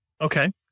Okay